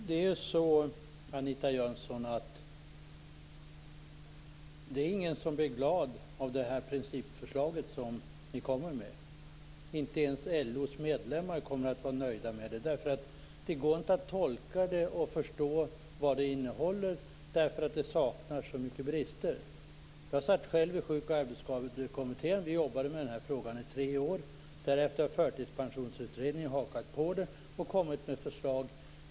Fru talman! Ingen blir glad av det här principförslaget som ni kommer med, Anita Jönsson. Inte ens LO:s medlemmar kommer att vara nöjda med det. Det går inte att tolka det och förstå vad det innehåller, eftersom det har så många brister. Jag satt själv i Sjuk och arbetsskadekommittén. Vi jobbade med den här frågan i tre år. Därefter har Förtidspensionsutredningen hakat på det och kommit med förslag.